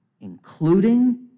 including